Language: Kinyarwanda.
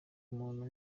umuntu